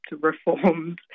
reforms